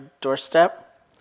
doorstep